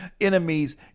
enemies